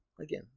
Again